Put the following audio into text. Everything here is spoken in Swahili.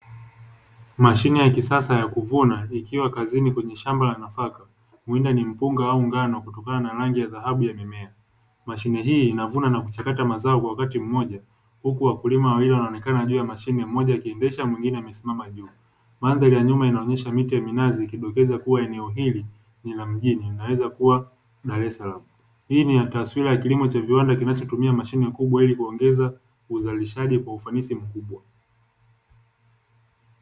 Mashine ya kisasa kuvuna ikiwa kazini kwenye shamba la nafaka. Mvuno ni mpunga au ngano kutokana na rangi ya dhahabu ya mimea. Mashine hii inavuna na kuchakata mazao kwa wakati mmoja, huku wakulima wawili wanaonekana juu ya mashine, mmoja akiendesha mwingine amesimama juu. Mandhari ya nyuma inaonyesha miti ya minazi, ikidokeza kuwa eneo hili ni la mjini. Inaweza kuwa Dar es Salaam. Hii ni taswira ya kilimo cha viwanda kinachotumia mashine kubwa ili kuongeza uzalishaji kwa ufanisi mkubwa.